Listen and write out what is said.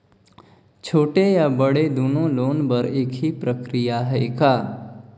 छोटे या बड़े दुनो लोन बर एक ही प्रक्रिया है का?